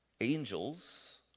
Angels